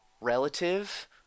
relative